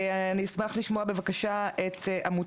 אני אשמח לשמוע בבקשה את ארגון